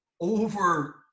over